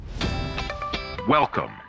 Welcome